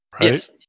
Yes